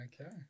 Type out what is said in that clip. okay